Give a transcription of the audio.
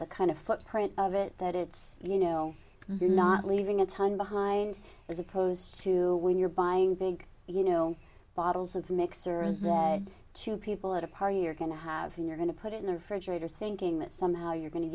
the kind of footprint of it that it's you know not leaving a ton behind as opposed to when you're buying big you know bottles of mixer to people at a party you're going to have you're going to put it in the refrigerator thinking that somehow you're going to